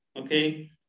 okay